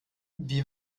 wie